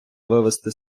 вивести